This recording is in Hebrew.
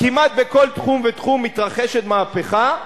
כמעט בכל תחום ותחום מתרחשת מהפכה,